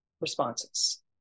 responses